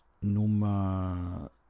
Nummer